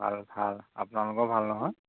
ভাল ভাল আপোনালোকৰ ভাল নহয়